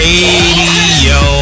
Radio